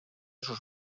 sus